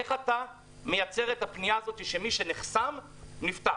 איך אתה מייצר את הפנייה שמי שנחסם נפתח?